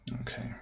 okay